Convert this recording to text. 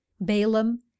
balaam